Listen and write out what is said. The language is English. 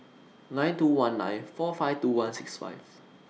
nine two one nine four five two one six five